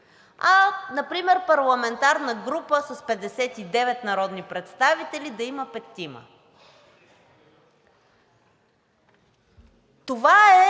а например парламентарна група с 59 народни представители да има петима.